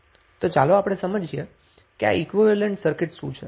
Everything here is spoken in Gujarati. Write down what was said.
તો ચાલો આપણે સમજીએ કે આ ઈક્વીવેલેન્ટ સર્કિટ શું છે